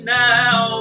now